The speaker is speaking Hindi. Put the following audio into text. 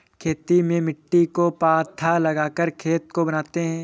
खेती में मिट्टी को पाथा लगाकर खेत को बनाते हैं?